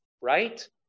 right